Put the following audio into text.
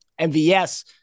MVS